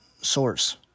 source